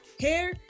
Hair